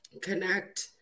connect